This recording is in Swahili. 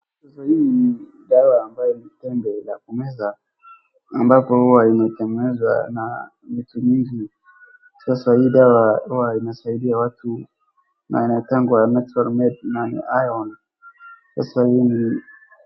Sasa hii ni dawa ambayo ni tembe la kumeza ambapo huwa imetengenezwa na miti nyingi. Sasa hii dawa huwa inasaidia watu na inaitangwa Nature Made , na ni Iron , sasa hii ni...